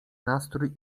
nastrój